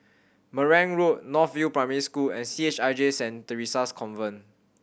Marang Road North View Primary School and C H I J Saint Theresa's Convent